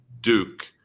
Duke